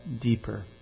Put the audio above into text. deeper